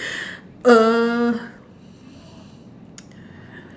okay err